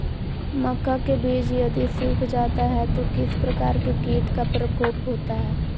मक्का के बिज यदि सुख जाता है तो किस प्रकार के कीट का प्रकोप होता है?